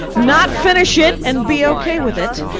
not finish it, and be okay with it.